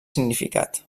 significat